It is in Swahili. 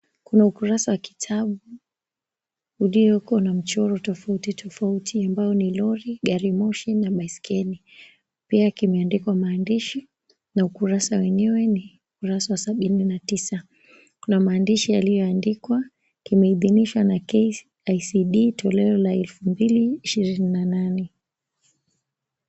Kuna ukurasa wa kitabu uliokuwa na michoro tofauti tofauti ambayo ni lori, gari moshi na baisikeli, pia kimeandikwa maandishi na ukurasa wenyewe ni ukurasa wa sabini na tisa. Kuna maandishi yaliondikwa kimeidhinishwa na KICD toleo la 2028.